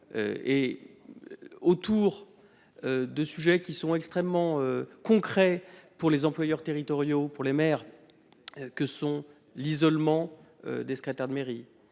et. Autour. De sujets qui sont extrêmement concret pour les employeurs territoriaux pour les mères. Que sont l'isolement. Des secrétaires de mairie.